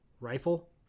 rifle